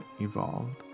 evolved